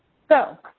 so,